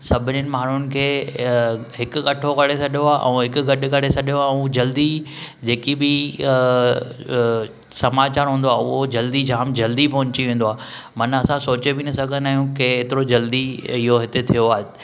सभिनिनि माण्हुनि खे हिकु कठो करे छडि॒यो आहे ऐं हिकु गॾु करे छडि॒यो आहे ऐं जल्दी जेकी बि समाचार हूंदो आहे उहो जल्दी जाम जल्दी पहुची वेंदो आहे माना असां सोचे बि न सघिंदा आहियूं के एतिरो जल्दी इहो हिते थियो आहे